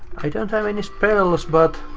i don't have any spells, but.